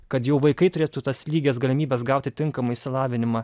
kad jau vaikai turėtų tas lygias galimybes gauti tinkamą išsilavinimą